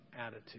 attitude